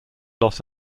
los